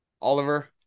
oliver